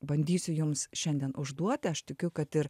bandysiu jums šiandien užduot aš tikiu kad ir